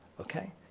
okay